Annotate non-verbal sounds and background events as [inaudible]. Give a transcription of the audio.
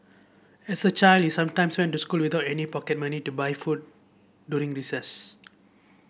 as a child [unintelligible] he sometimes went to school without any pocket money to buy food during recess